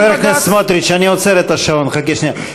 חבר הכנסת סמוטריץ, אני עוצר את השעון, חכה שנייה.